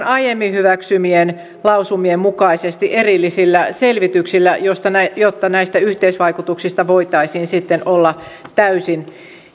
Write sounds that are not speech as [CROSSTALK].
[UNINTELLIGIBLE] aiemmin hyväksymien lausumien mukaisesti erillisillä selvityksillä jotta näistä yhteisvaikutuksista voitaisiin sitten olla täysin